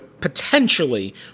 potentially